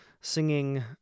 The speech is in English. singing